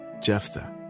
Jephthah